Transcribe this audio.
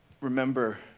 remember